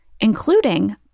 including